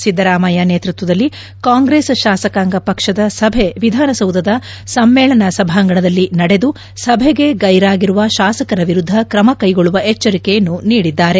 ಸಿದ್ದರಾಮಯ್ಯ ನೇತೃತ್ವದಲ್ಲಿ ಕಾಂಗ್ರೆಸ್ ಶಾಸಕಾಂಗ ಪಕ್ಷದ ಸಭೆ ವಿಧಾನಸೌಧದ ಸಮ್ಮೆಳನ ಸಭಾಂಗಣದಲ್ಲಿ ನಡೆದು ಸಭೆಗೆ ಗೈರಾಗಿರುವ ಶಾಸಕರ ವಿರುದ್ದ ಕ್ರಮ ಕೈಗೊಳ್ಳುವ ಎಚ್ಚರಿಕೆಯನ್ನು ನೀಡಿದ್ದಾರೆ